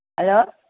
hello